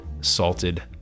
salted